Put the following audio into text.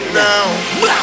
now